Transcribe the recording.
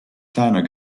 kleiner